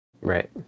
Right